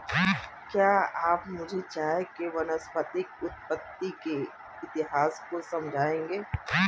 क्या आप मुझे चाय के वानस्पतिक उत्पत्ति के इतिहास को समझाएंगे?